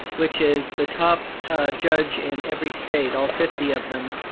which is the top judge in every state, all fifty of them,